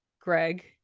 Greg